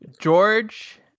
George